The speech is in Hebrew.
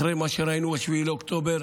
אחרי מה שראינו ב-7 באוקטובר